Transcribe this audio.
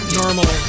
normal